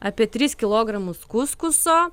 apie tris kilogramus kuskuso